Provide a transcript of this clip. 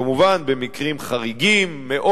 כמובן במקרים חריגים מאוד,